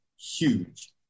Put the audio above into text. huge